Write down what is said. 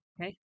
Okay